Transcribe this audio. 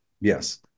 Yes